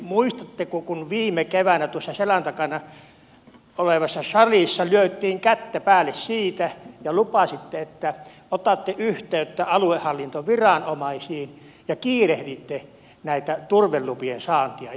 muistatteko kun viime keväänä tuossa selän takana olevassa salissa löimme kättä päälle siitä ja lupasitte että otatte yhteyttä aluehallintoviranomaisiin ja kiirehditte näitten turvelupien saantia